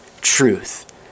truth